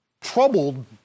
troubled